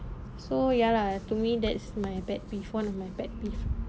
so ya lah to me that's my bad peeve one of my bad peeve